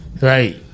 Right